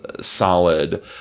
solid